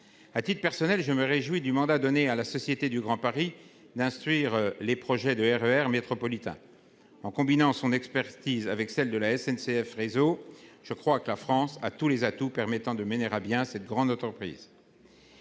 à titre personnel, je me réjouis du mandat donné à la Société du Grand Paris, d'instruire les projets de RER métropolitains en combinant son expertise avec celle de la SNCF réseau je crois que la France a tous les atouts permettant de mener à bien cette grande entreprise.